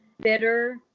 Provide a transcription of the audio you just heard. bitter